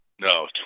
no